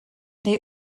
neu